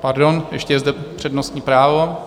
Pardon, ještě je zde přednostní právo.